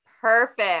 Perfect